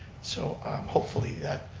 so hopefully, that,